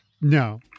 no